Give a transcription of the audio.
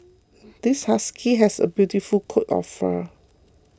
this husky has a beautiful coat of fur